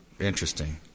interesting